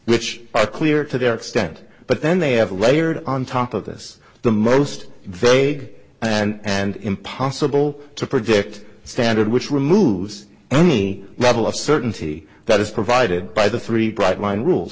which are clear to their extent but then they have a layered on top of this the most vague and impossible to predict standard which removes any level of certainty that is provided by the three bright line rules